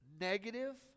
negative